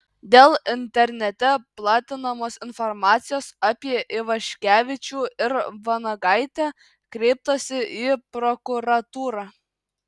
dėl internete platinamos informacijos apie ivaškevičių ir vanagaitę kreiptasi į prokuratūrą